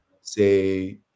say